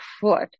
foot